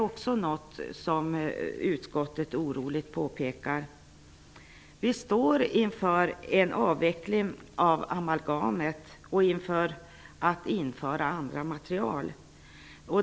Vi står inför en avveckling av användningen av amalgam och inför införandet av andra material.